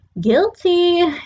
guilty